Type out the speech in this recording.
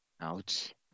Ouch